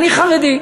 אני חרדי,